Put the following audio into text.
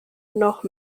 noch